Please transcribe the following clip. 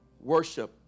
worship